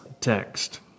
text